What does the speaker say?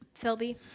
Philby